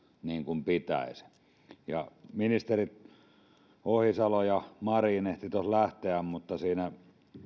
niin kuin pitäisi ministerit ohisalo ja marin ehtivät tuossa lähteä mutta siinä